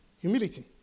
Humility